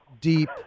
deep